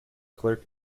clerk